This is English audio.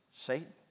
Satan